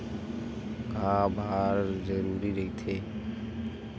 का बार जरूरी रहि थे?